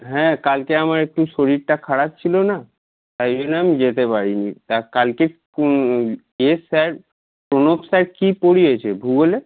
হ্যাঁ কালকে আমার একটু শরীরটা খারাপ ছিলো না তাই জন্য আমি যেতে পারিনি তা কালকে ক এ স্যার প্রণব স্যার কি পড়িয়েছে ভুগোলে